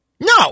No